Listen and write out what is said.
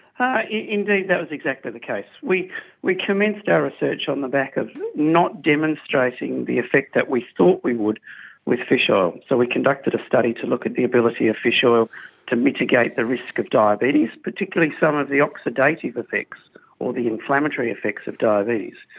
ah indeed that was exactly the case. we we commenced our research on the back of not demonstrating the effect that we thought we would with fish oil. so we conducted a study to look at the ability of fish oil to mitigate the risk of diabetes, particularly some of the oxidative effects or the inflammatory effects of diabetes.